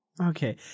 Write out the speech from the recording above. okay